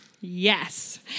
Yes